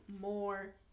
more